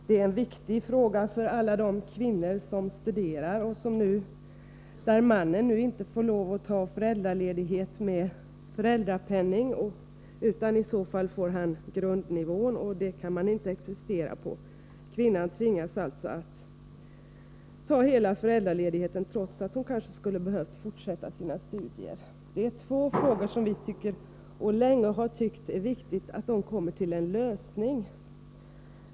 Det är en viktig fråga för alla de kvinnor som studerar, i familjer där mannen nu inte får lov att ta föräldraledighet med föräldrapenning utan som i så fall får grundnivån, vilket man inte kan existera på. Kvinnan tvingas alltså ta hela föräldraledigheten, trots att hon kanske skulle ha behövt fortsätta sina studier. När det gäller dessa två frågor anser vi, och har länge ansett, att det är viktigt att de kommer till en lösning.